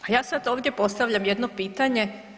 Ja sada ovdje postavljam jedno pitanje.